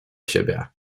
siebie